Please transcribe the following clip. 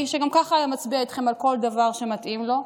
שגם ככה היה מצביע איתכם על כל דבר שמתאים לו,